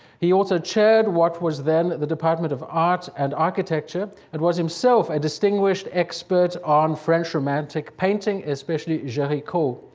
he also chaired what was then the department of art and architecture. he and was himself a distinguished expert on french romantic painting, especially, jericho,